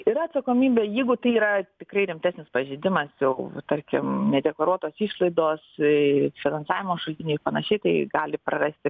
yra atsakomybė jeigu tai yra tikrai rimtesnis pažeidimas jau tarkim nedeklaruotos išlaidos bei finansavimo šaltiniai panašiai tai gali prarasti